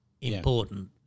important